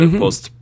post